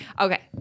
Okay